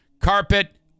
Carpet